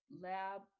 lab